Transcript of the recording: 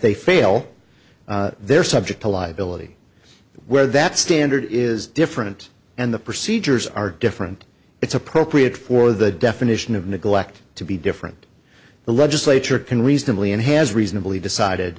they fail they're subject to liability where that standard is different and the procedures are different it's appropriate for the definition of neglect to be different the legislature can reasonably and has reasonably decided